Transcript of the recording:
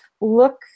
look